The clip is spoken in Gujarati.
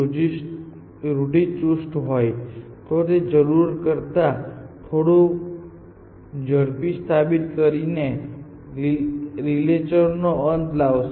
જો હ્યુરિસ્ટિક ફંકશન ખૂબ રૂઢિચુસ્ત હોય તો તે જરૂર કરતા થોડું ઝડપી સ્થાપિત કરીને રિલે લેયર નો અંત લાવશે